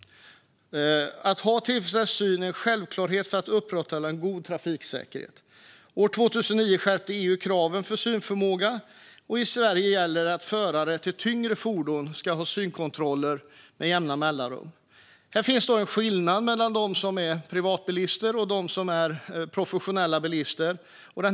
Att ha tillfredsställande syn är en självklarhet för att upprätthålla en god trafiksäkerhet. År 2009 skärpte EU kraven på synförmåga. I Sverige gäller att förare av tyngre fordon ska genomgå synkontroller med jämna mellanrum. Här finns en skillnad mellan privatbilister och professionella bilister.